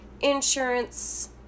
insurance